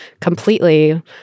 completely